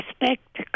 respect